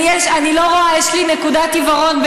יש לי נקודת עיוורון,